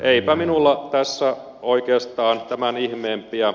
eipä minulla tässä oikeastaan tämän ihmeempiä